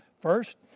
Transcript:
First